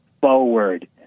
Forward